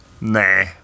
nah